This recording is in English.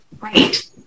Right